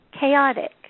chaotic